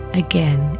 again